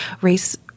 Race